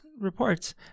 reports